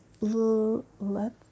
let